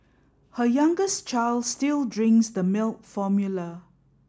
her youngest child still drinks the milk formula